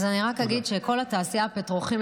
אז אני רק אגיד שכל התעשייה הפטרוכימית,